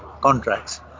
contracts